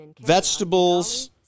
vegetables